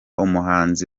umuhanzi